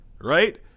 Right